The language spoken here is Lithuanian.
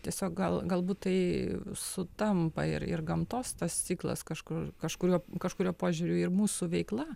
tiesiog gal galbūt tai sutampa ir ir gamtos tas ciklas kažkur kažkuriuo kažkuriuo požiūriu ir mūsų veikla